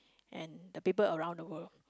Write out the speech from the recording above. and the people around the world